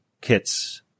kits